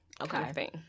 Okay